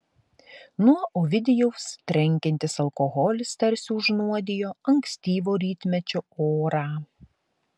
nuo ovidijaus trenkiantis alkoholis tarsi užnuodijo ankstyvo rytmečio orą